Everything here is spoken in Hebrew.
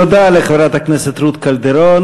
תודה לחברת הכנסת רות קלדרון.